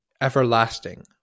everlasting